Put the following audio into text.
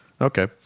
Okay